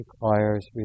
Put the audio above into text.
requires